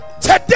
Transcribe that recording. today